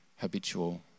habitual